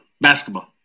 Basketball